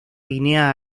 guinea